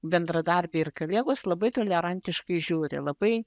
bendradarbiai ir kolegos labai tolerantiškai žiūri labai